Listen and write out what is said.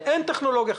אין טכנולוגיה חלופית.